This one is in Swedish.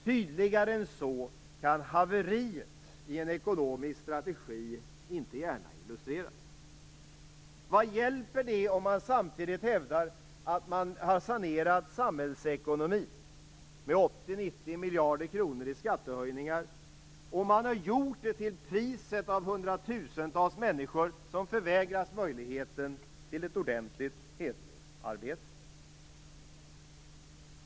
Tydligare än så kan haveriet i en ekonomisk strategi inte gärna illustreras. Vad hjälper det om man hävdar att man har sanerat samhällsekonomin med 80-90 miljarder kronor i skattehöjningar, om man har gjort det till priset av att hundratusentals människor förvägras möjligheten till ett ordentligt, hederligt arbete?